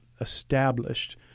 established